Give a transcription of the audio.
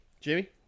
Jimmy